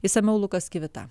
išsamiau lukas kivita